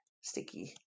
sticky